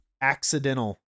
accidental